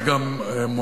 אני גם מועמד,